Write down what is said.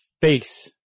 face